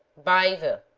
by the